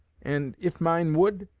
and, if mine would,